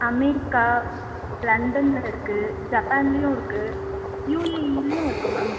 America லண்டனில் இருக்குது ஜப்பான்லேயும் இருக்குது யூஏஇலேயும் இருக்குது மேம்